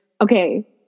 okay